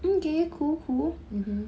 mmhmm